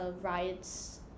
riots